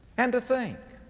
and to think,